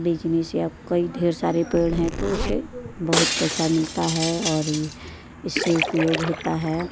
business या कोई ढेर सारे पेड़ हैं तो उससे बहुत पैसा मिलता है और इससे उपयोग होता है